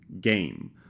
game